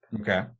Okay